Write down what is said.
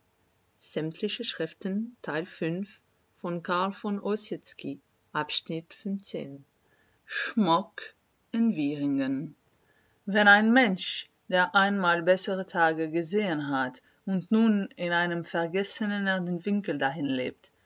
schmock in wieringen wenn ein mensch der einmal bessere tage gesehen hat und nun in einem vergessenen